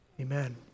Amen